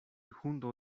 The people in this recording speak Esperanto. hundo